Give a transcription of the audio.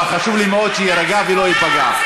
אבל חשוב לי מאוד שיירגע ולא ייפגע.